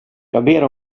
ber